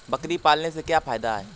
बकरी पालने से क्या फायदा है?